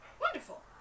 Wonderful